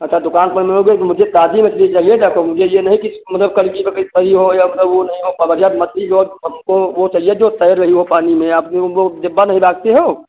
अच्छा दुकान पर मिलोगे तो मुझे ताजी मछली चाहिए देखो मुझे ये नहीं कि मतलब कल की पकड़ी भई हो या वो नहीं हो पवरिया की मछली हमको वो चाहिए जो तैर रही हो पानी में आपके वो डेब्बा नहीं रखते हैं वो